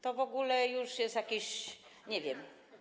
To w ogóle już jest jakieś... nie wiem.